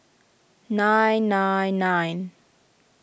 nine nine nine